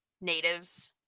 natives